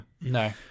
No